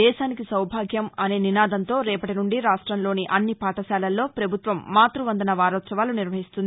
దేశానికి సౌభాగ్యం అనే నినాదంతో రేపటి నుండి రాష్టంలోని అన్ని పాఠశాలల్లో ప్రపభుత్వం మాత్బ వందన వారోత్సవాలు నిర్వహిస్తుంది